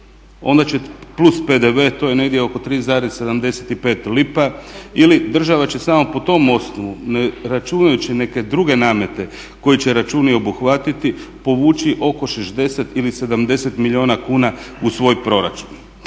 onda će, plus PDV, to je negdje oko 3,75 lipa ili država će samo po tom osnovu, ne računajući neke druge namete koje će računi obuhvatiti oko 60 ili 70 milijuna kuna u svoj proračun.